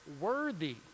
worthy